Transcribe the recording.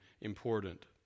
important